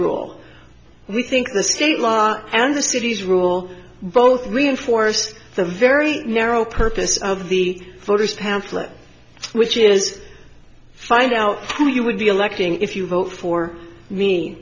rule we think the state law and the city's rule both reinforce the very narrow purpose of the voter's pamphlet which is find out who you would be electing if you vote for